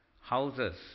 houses